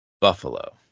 Buffalo